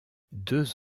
deux